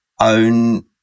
own